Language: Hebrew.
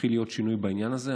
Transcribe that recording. יתחיל להיות שינוי בעניין הזה.